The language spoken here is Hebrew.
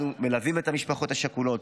אנחנו מלווים את המשפחות השכולות,